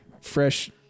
fresh